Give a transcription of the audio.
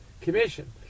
commission